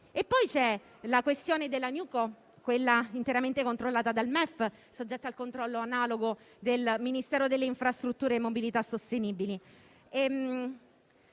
Poi c'è la questione della *Newco* interamente controllata dal MEF, soggetta a controllo analogo del Ministero delle infrastrutture e della mobilità sostenibili.